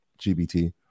GBT